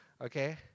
okay